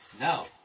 No